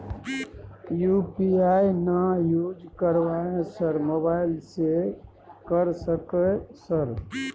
UPI ना use करवाएं sir mobile से कर सके सर?